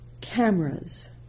cameras